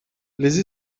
les